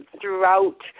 throughout